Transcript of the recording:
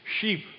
sheep